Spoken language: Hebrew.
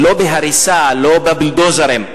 לא בהריסה, לא בבולדוזרים.